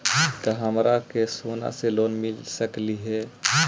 का हमरा के सोना से लोन मिल सकली हे?